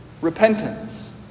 repentance